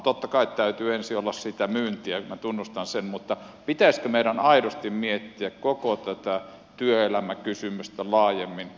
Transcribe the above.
totta kai täytyy ensin olla sitä myyntiä minä tunnustan sen mutta pitäisikö meidän aidosti miettiä koko tätä työelämäkysymystä laajemmin